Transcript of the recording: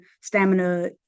stamina